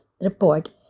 report